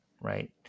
right